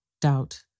doubt